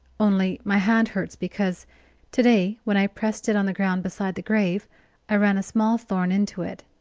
only my hand hurts, because to-day when i pressed it on the ground beside the grave i ran a small thorn into it.